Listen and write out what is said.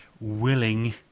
Willing